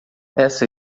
essa